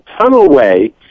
tunnelway